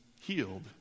healed